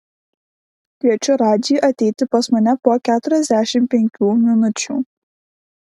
kviečiu radžį ateiti pas mane po keturiasdešimt penkių minučių